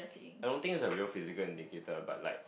I don't think it's a real physical indicator but like